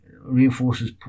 reinforces